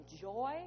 joy